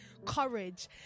courage